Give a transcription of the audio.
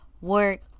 work